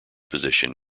position